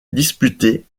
disputée